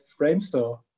framestore